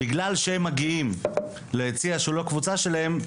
בגלל שהם מגיעים ליציע שהוא לא של הקבוצה שלהם,